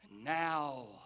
now